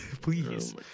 please